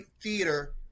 theater